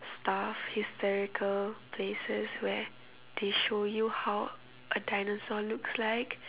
stuff historical places where they show you how a dinosaur looks like